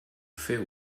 fer